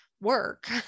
work